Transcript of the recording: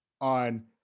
on